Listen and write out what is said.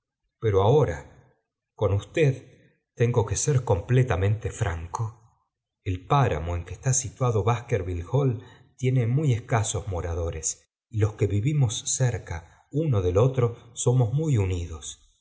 pero ahora con usted teúgo que ser completamente franco cel páramo en que está situado baskerville hall tiene muy escasos moradores y los que vivimos jfcceroa uno del otro somos muy unidos